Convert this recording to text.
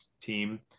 team